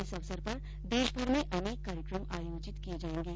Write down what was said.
इस अवसर पर देशभर में अनेक कार्यक्रम आयोजित किये जायेंगे